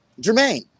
Jermaine